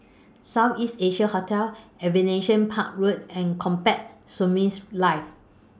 South East Asia Hotel Aviation Park Road and Combat Skirmish Live